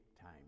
time